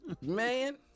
man